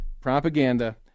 propaganda